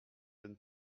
donne